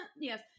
Yes